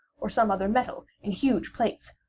or some other metal, in huge plates,